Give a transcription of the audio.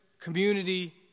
community